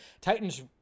Titans